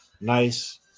nice